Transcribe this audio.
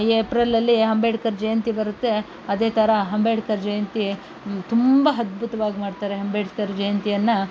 ಏಪ್ರಿಲಲ್ಲಿ ಅಂಬೇಡ್ಕರ್ ಜಯಂತಿ ಬರುತ್ತೆ ಅದೇ ಥರ ಅಂಬೇಡ್ಕರ್ ಜಯಂತಿ ತುಂಬ ಅದ್ಭುತವಾಗಿ ಮಾಡ್ತಾರೆ ಅಂಬೇಡ್ಕರ್ ಜಯಂತಿಯನ್ನು